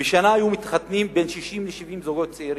היו מתחתנים בשנה בין 60 ל-70 זוגות צעירים.